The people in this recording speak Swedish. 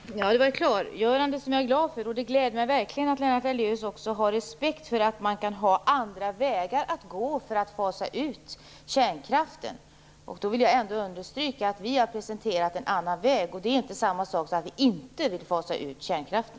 Herr talman! Det var ett klargörande som jag är glad för. Det gläder mig verkligen att Lennart Daléus också har respekt för att man kan gå andra vägar för att fasa ut kärnkraften. Jag vill understryka att vi har presenterat en annan väg. Det är inte samma sak som att vi inte vill fasa ut kärnkraften.